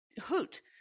hoot